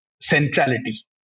centrality